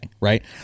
right